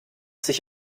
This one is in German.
sich